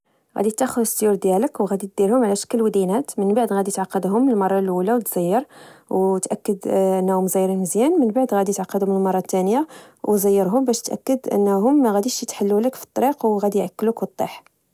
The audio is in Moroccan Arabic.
غادي تاخد السيور ديالك وغادي ديرهم على شكل ودينات من بعد غادي تعاقدهم من المره الاولى وتزير وتاكد انه مزيرين مزيان من بعد غادي تعقدو من المره الثانيه وزيرهم باش تاكد انه ماغاديش يتحلو لك فالطريق وغادي يعكلوك وطيح